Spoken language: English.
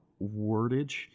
wordage